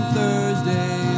Thursday